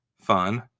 fun